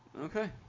okay